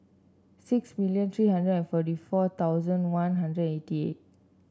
six million three hundred and forty four thousand One Hundred eighty eight